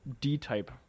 D-type